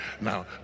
Now